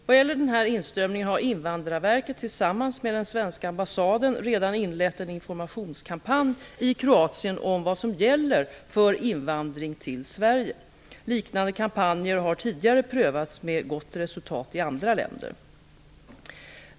Vad gäller den här inströmningen har Invandrarverket tillsammans med den svenska ambassaden redan inlett en informationskampanj i Sverige. Liknande kampanjer har tidigare prövats med gott resultat i andra länder.